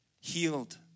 Healed